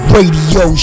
Radio